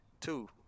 Two